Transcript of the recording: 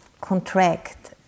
contract